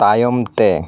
ᱛᱟᱭᱚᱢᱛᱮ